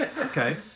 Okay